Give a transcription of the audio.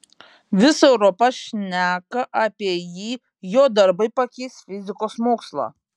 visa europa šneka apie jį jo darbai pakeis fizikos mokslą